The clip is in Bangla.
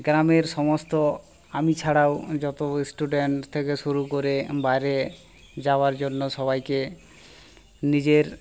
গ্রামের সমস্ত আমি ছাড়াও যতো স্টুডেন্ট শুরু করে বাইরে যাওয়ার জন্য সবাইকে নিজের